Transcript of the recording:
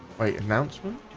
wait announcement